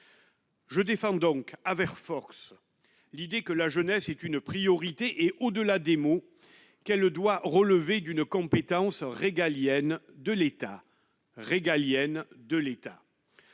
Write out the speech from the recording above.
Je défends donc avec force l'idée que la jeunesse est une priorité, et au-delà des mots, qu'elle le doit relever d'une compétence régalienne de l'État régalienne de l'État